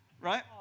Right